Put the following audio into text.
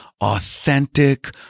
authentic